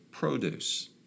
produce